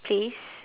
place